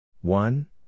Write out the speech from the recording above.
One